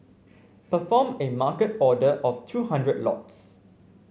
perform a market order of two hundred lots